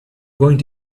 going